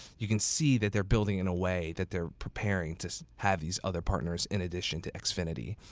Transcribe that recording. you can see that they're building in a way that they're preparing to have these other partners in addition to xfinity.